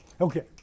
Okay